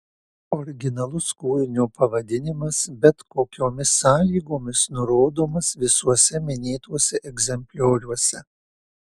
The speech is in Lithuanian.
originalus kūrinio pavadinimas bet kokiomis sąlygomis nurodomas visuose minėtuose egzemplioriuose